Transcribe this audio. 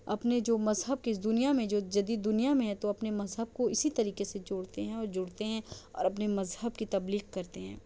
اپنے جو مذہب کے اس دنیا میں جو جدید دنیا میں ہے تو اپنے مذہب کو اسی طریقے سے جوڑتے ہیں اور جڑتے ہیں اور اپنی مذہب کی تبلیغ کرتے ہیں